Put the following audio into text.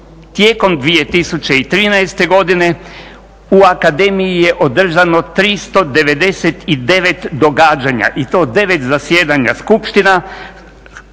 Tijekom 2013. godine u akademiji je održano 399 događanja i to 9 zasjedanja skupština,